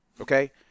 okay